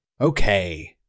Okay